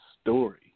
story